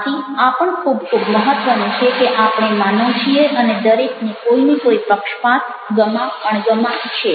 આથી આ પણ ખૂબ ખૂબ મહત્ત્વનું છે કે આપણે માનવ છીએ અને દરેકને કોઈ ને કોઈ પક્ષપાત ગમા અણગમા હોય છે